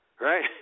right